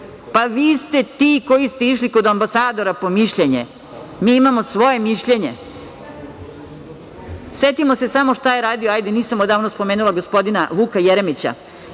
Pa, vi ste ti koji ste išli kod ambasadora po mišljenje. Mi imamo svoje mišljenje. Setimo se samo šta je radio, nisam odavno spomenula gospodina Vuka Jeremića